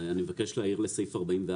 אני מבקש להעיר לסעיף 44(ד)